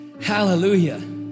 Hallelujah